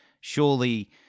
surely